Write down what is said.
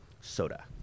Soda